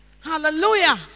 Hallelujah